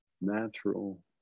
natural